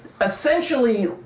Essentially